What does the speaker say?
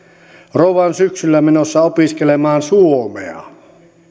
rouva on syksyllä menossa opiskelemaan suomea